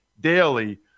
daily